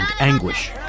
anguish